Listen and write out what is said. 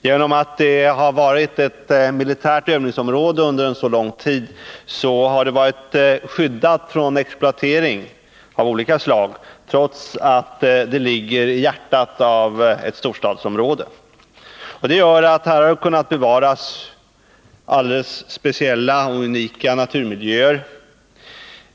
Genom att det har varit ett militärt övningsområde under lång tid har det varit skyddat från exploatering av olika slag, trots att det ligger i hjärtat av ett storstadsområde. Det gör att här har kunnat bevaras alldeles speciella och unika naturmiljöer.